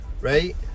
Right